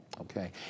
Okay